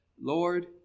Lord